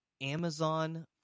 Amazon